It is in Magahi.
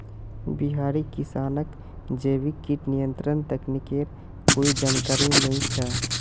बिहारी किसानक जैविक कीट नियंत्रण तकनीकेर कोई जानकारी नइ छ